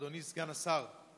אדוני סגן השר,